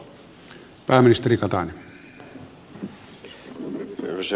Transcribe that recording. arvoisa puhemies